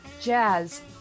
jazz